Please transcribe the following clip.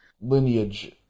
lineage